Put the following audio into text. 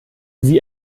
sie